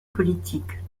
politique